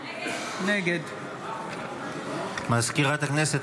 נגד מזכירת הכנסת,